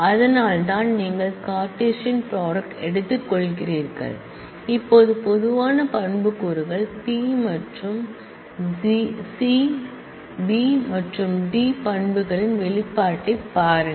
அதனால்தான் நீங்கள் Cartesian product எடுத்துக்கொள்கிறீர்கள் இப்போது பொதுவான ஆட்ரிபூட்ஸ் கள் பி மற்றும் சி பி மற்றும் டி ஆட்ரிபூட்ஸ் களின் எக்ஸ்பிரஷனை பாருங்கள்